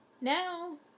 Now